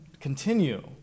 continue